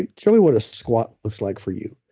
and show me what a squat looks like for you.